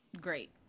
great